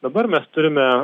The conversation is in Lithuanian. dabar mes turime